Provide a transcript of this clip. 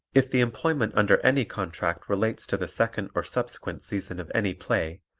if the employment under any contract relates to the second or subsequent season of any play,